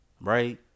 right